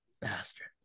bastard